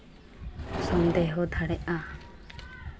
ᱥᱚᱱᱫᱮᱦᱚ ᱫᱟᱲᱮᱜᱼᱟ